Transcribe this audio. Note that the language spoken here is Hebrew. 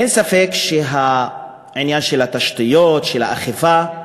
אין ספק שהעניין הוא של התשתיות, של האכיפה,